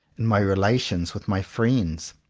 in my relations with my friends.